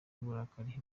uburakari